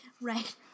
Right